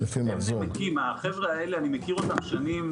הם נמקים החבר'ה האלה אני מכיר אותם שנים,